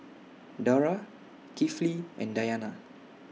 Dara Kifli and Dayana